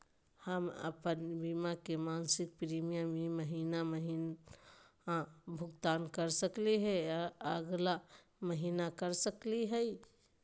हम अप्पन बीमा के मासिक प्रीमियम ई महीना महिना भुगतान कर सकली हे, अगला महीना कर सकली हई?